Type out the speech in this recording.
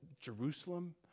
Jerusalem